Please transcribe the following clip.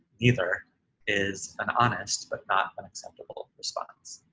either is an honest but not an acceptable response.